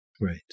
Right